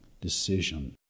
decision